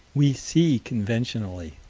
we see conventionally.